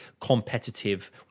competitive